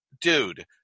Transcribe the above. Dude